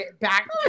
back